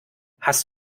hast